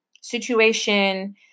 situation